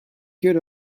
good